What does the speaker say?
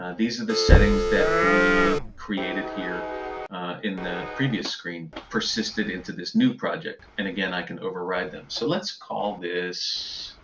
ah these are the settings that we created here in the previous screen persisted into this new project, and again i can override them. so let's call this